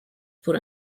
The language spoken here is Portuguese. por